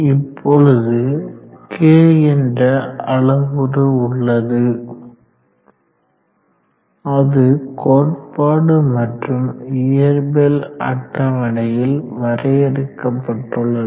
இப்பொழுது k என்ற அளவுரு உள்ளது அது கோட்பாடு மற்றும் இயற்பியல் அட்டவணையில் வரையறுக்கப்பட்டுள்ளது